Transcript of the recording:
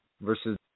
versus